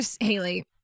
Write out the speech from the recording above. Haley